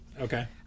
Okay